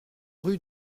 rue